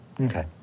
Okay